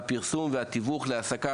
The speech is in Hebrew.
והפרסום והתיווך להעסקה.